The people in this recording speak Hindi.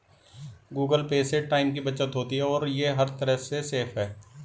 गूगल पे से टाइम की बचत होती है और ये हर तरह से सेफ है